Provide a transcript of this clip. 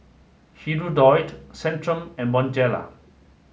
Hirudoid Centrum and Bonjela